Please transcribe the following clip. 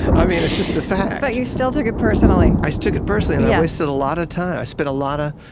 i mean, it's just a fact but you still took it personally i took it personally. and i wasted a lot of time. i spent a lot of